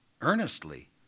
earnestly